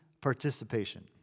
participation